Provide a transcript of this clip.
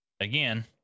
again